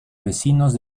vecinos